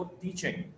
teaching